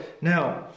now